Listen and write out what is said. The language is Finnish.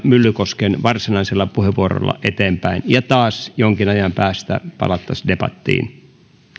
myllykosken varsinaisella puheenvuorolla eteenpäin ja taas jonkin ajan päästä palattaisiin debattiin